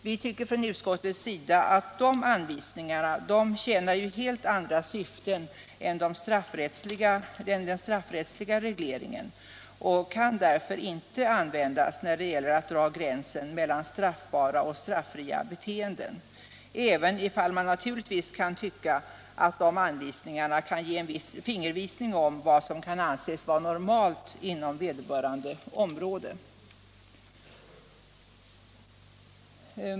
Vi i utskottet anser att de anvisningarna tjänar helt andra syften än den straffrättsliga regleringen, och därför kan de inte användas för att dra gränsen mellan straffbara och straffria beteenden —- även om man givetvis kan tycka att de anvisningarna kan ge en fingervisning om vad som kan anses vara normalt inom vederbörande område.